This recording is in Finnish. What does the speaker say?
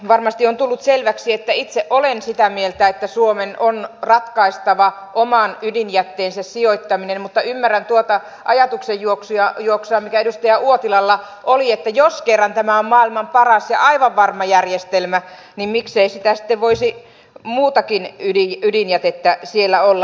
varmasti on tullut selväksi että itse olen sitä mieltä että suomen on ratkaistava oman ydinjätteensä sijoittaminen mutta ymmärrän tuota ajatuksenjuoksua mikä edustaja uotilalla oli että jos kerran tämä on maailman paras ja aivan varma järjestelmä niin miksei siellä sitten voisi muutakin ydinjätettä olla